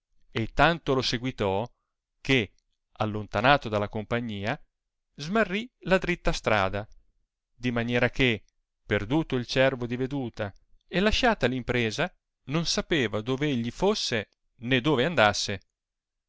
e tanto lo seguitò che allontanato dalla compagnia smarrì la dritta strada di maniera che perduto il cervo di veduta e lasciata l impresa non sapeva dove egli fosse ne dove andasse